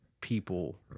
people